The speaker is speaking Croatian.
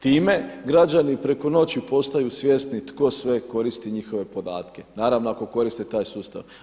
Time građani preko noći postaju svjesni tko sve koristi njihove podatke, naravno ako koriste taj sustav.